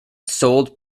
sold